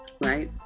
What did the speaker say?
right